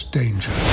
danger